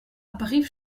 brives